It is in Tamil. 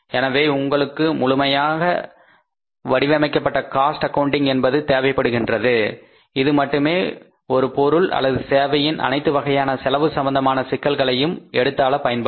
எனவே உங்களுக்கு முழுமையாக வடிவமைக்கப்பட்ட காஸ்ட் அக்கவுன்டிங் என்பது தேவைப்படுகின்றது இது மட்டுமே ஒரு பொருள் அல்லது சேவையின் அனைத்து வகையான செலவு சம்பந்தமான சிக்கல்களையும் எடுத்தாள பயன்படும்